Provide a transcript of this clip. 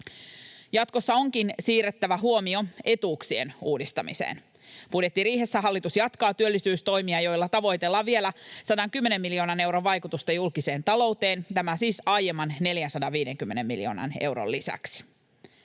Jatkossa onkin siirrettävä huomio etuuksien uudistamiseen. Budjettiriihessä hallitus jatkaa työllisyystoimia, joilla tavoitellaan vielä 110 miljoonan euron vaikutusta julkiseen talouteen — tämä siis aiemman 450 miljoonan euron lisäksi.